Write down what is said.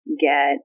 get